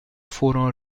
furono